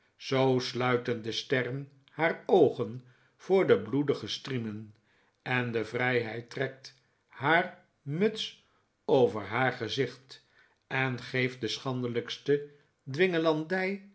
zoo sluiten de sterren haar oogen voor de bloedige striemen en de vrijheid trekt haar muts over haar gezicht en geeft de